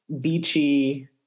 beachy